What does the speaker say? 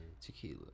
tequila